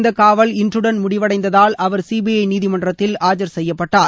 இந்த காவல் இன்றுடன் முடிவடைந்ததால் அவர் சிபிஐ நீதிமன்றத்தில் ஆஜர் செய்யப்பட்டார்